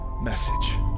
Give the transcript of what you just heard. message